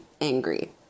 angry